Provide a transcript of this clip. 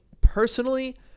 Personally